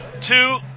two